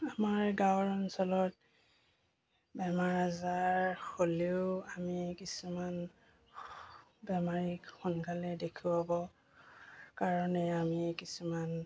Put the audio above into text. আমাৰ গাঁৱৰ অঞ্চলত বেমাৰ আজাৰ হ'লেও আমি কিছুমান বেমাৰীক সোনকালে দেখুৱাব কাৰণে আমি কিছুমান